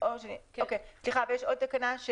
ויש עוד תקנה,